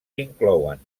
inclouen